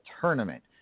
tournament